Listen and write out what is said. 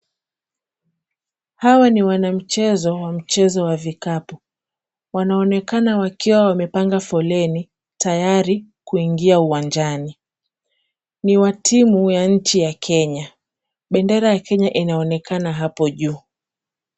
Hawa ni wanamichezo wa mchezo wa vikapu. Wanaonekana wakiwa wamepanga foleni, tayari kuingia uwanjani. Ni wa timu ya nchi ya Kenya, bendera ya Kenya inaonekana hapo juu.